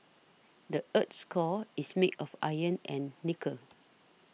the earth's core is made of iron and nickel